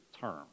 term